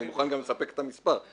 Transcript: אני מוכן לספק את המספר,